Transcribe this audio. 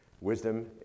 Wisdom